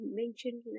mentioned